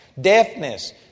deafness